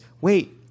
wait